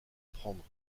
prendre